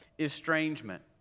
estrangement